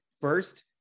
First